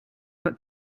but